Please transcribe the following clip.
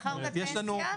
שכר ופנסיה?